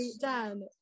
Dan